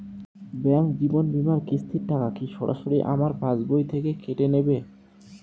Bank জীবন বিমার কিস্তির টাকা কি সরাসরি আমার পাশ বই থেকে কেটে নিবে?